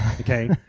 Okay